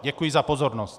Děkuju za pozornost.